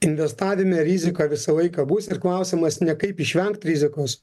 investavime rizika visą laiką bus ir klausimas ne kaip išvengt rizikos